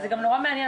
וזה גם נורא מעניין,